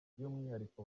by’umwihariko